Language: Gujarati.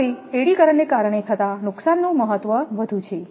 તેથી એડી કરંટને કારણે થતાં નુકસાનનું મહત્વ વધુ છે